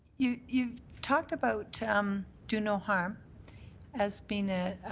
you've talked about um do no harm as being